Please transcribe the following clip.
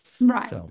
Right